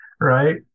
right